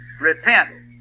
Repent